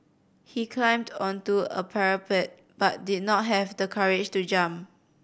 he climbed onto a parapet but did not have the courage to jump